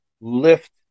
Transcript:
lift